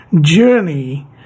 journey